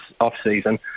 off-season